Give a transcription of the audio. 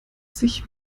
sich